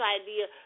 idea